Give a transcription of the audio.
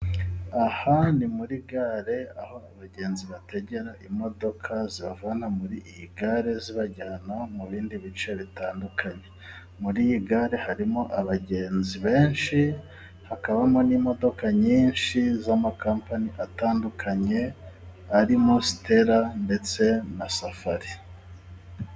Aha ni muri gare aho abagenzi bategera imodoka zibavana muri iyi gare zibajyana mu bindi bice bitandukanye . Muri iyi gare harimo abagenzi benshi , hakabamo n'imodoka nyinshi z'amakampani atandukanye arimo Sitera ndetse na Safari.